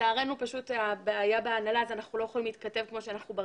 לצערנו אנחנו לא יכולים להתכתב כמו שאנחנו עושים